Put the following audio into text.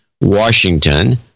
Washington